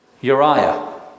Uriah